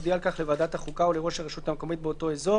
תודיע על כך לוועדת החוקה ולראש הרשות המקומית באותו אזור